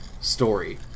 story